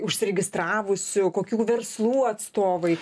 užsiregistravusių kokių verslų atstovai